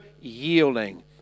yielding